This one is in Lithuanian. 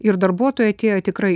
ir darbuotojai atėję tikrai